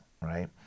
right